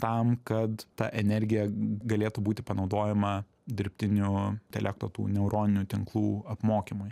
tam kad ta energija galėtų būti panaudojama dirbtinių intelekto tų neuroninių tinklų apmokymui